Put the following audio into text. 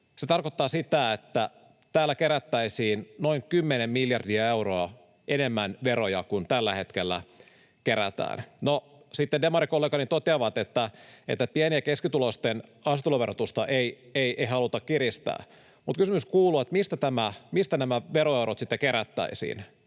se tarkoittaisi sitä, että täällä kerättäisiin noin kymmenen miljardia euroa enemmän veroja kuin tällä hetkellä kerätään. No, sitten demarikollegani toteavat, että pieni‑ ja keskituloisten ansiotuloverotusta ei haluta kiristää, mutta kysymys kuuluu, mistä nämä veroeurot sitten kerättäisiin,